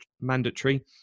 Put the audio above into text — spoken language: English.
mandatory